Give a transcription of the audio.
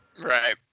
Right